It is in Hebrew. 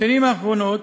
בשנים האחרונות,